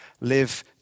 live